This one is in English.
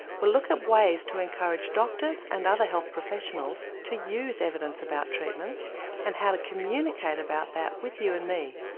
we'll look at ways to encourage doctors and other health professionals to use evidence about treatments and how to communicate about that with you and me.